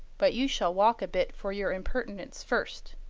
but you shall walk a bit for your impertinence first.